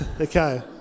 Okay